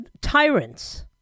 tyrants